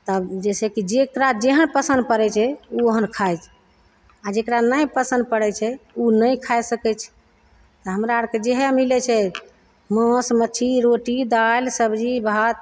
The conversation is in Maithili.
तब जैसे कि जकरा जेहन पसन्द पड़य छै उ ओहन खाय छै आओर जकरा नहि पसन्द पड़य छै उ नहि खाय सकय छै तऽ हमरा अरके जेहे मिलय छै मास मछली रोटी दालि सब्जी भात